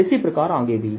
और इसी प्रकार आगे भी